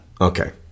Okay